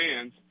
fans